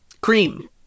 cream